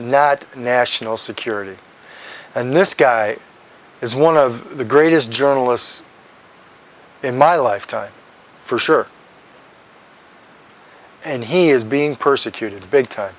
that national security and this guy is one of the greatest journalists in my lifetime for sure and he is being persecuted big time